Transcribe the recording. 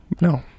No